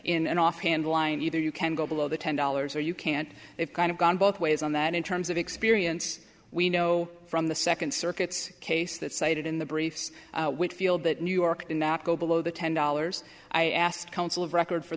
an offhand line either you can go below the ten dollars or you can't they've kind of gone both ways on that in terms of experience we know from the second circuit case that cited in the briefs whitfield that new york did not go below the ten dollars i asked counsel of record for